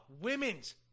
Women's